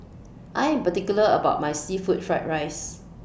I Am particular about My Seafood Fried Rice